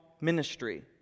ministry